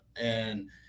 And-